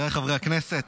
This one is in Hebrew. חבר הכנסת